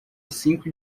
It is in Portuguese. cinco